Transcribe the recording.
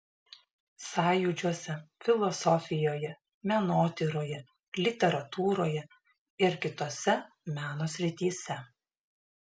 sąjūdžiuose filosofijoje menotyroje literatūroje ir kitose meno srityse